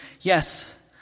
Yes